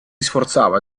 sforzava